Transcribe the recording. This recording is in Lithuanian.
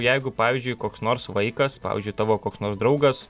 jeigu pavyzdžiui koks nors vaikas pavyzdžiui tavo koks nors draugas